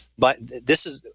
but this is.